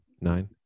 Nine